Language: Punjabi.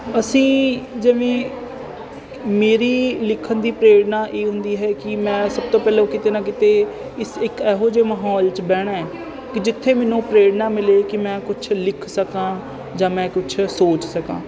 ਅਸੀਂ ਜਿਵੇਂ ਮੇਰੀ ਲਿਖਣ ਦੀ ਪ੍ਰੇਰਨਾ ਇਹ ਹੁੰਦੀ ਹੈ ਕਿ ਮੈਂ ਸਭ ਤੋਂ ਪਹਿਲਾਂ ਕਿਤੇ ਨਾ ਕਿਤੇ ਇਸ ਇੱਕ ਇਹੋ ਜਿਹੇ ਮਾਹੌਲ 'ਚ ਬਹਿਣਾ ਹੈ ਕਿ ਜਿੱਥੇ ਮੈਨੂੰ ਪ੍ਰੇਰਨਾ ਮਿਲੇ ਕਿ ਮੈਂ ਕੁਛ ਲਿਖ ਸਕਾਂ ਜਾਂ ਮੈਂ ਕੁਛ ਸੋਚ ਸਕਾਂ